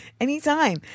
Anytime